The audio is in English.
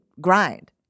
grind